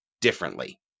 differently